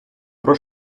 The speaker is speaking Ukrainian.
про